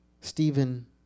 Stephen